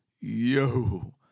yo